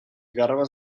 garbes